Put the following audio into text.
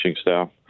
staff